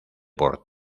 por